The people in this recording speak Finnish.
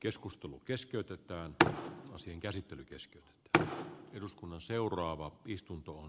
keskustelu keskeytetään ja osin käsittely kesken että eduskunnan seuraava näin on